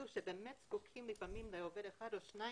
אלה שבאמת זקוקים לעובד אחד או שניים.